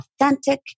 authentic